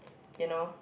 you know